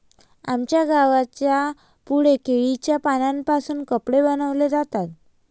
आमच्या गावाच्या पुढे केळीच्या पानांपासून कपडे बनवले जातात